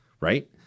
right